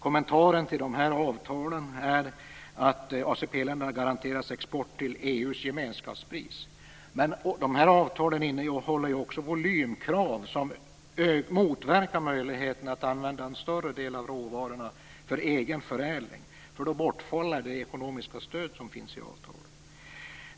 Kommentaren till de här avtalen är att ACP länderna garanteras export till EU:s gemenskapspris. Men de här avtalen innehåller ju också volymkrav som motverkar möjligheten att använda en större del av råvarorna för egen förädling. Då bortfaller det ekonomiska stöd som finns i avtalet.